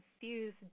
fuse